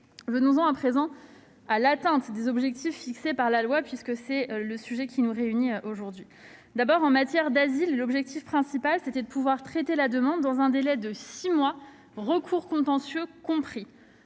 J'en viens à présent à l'atteinte des objectifs fixés par la loi, puisque c'est le sujet qui nous réunit aujourd'hui. En matière d'asile, l'objectif principal était de pouvoir traiter la demande dans un délai de 6 mois, recours contentieux compris.